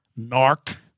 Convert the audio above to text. narc